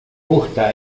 gusta